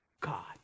God